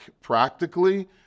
practically